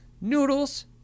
noodles